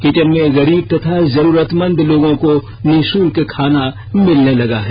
kitchen में गरीब तथा जरूरतमंद लोगों को निःशुल्क खाना मिलने लगा है